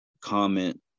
comment